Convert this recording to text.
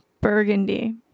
burgundy